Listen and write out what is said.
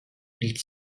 ils